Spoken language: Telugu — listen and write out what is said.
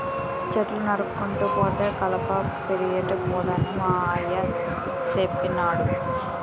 చెట్లు నరుక్కుంటూ పోతే కలప పిరియంపోద్దని మా అయ్య సెప్పినాడు